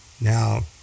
Now